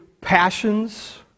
passions